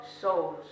souls